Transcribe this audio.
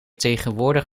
tegenwoordig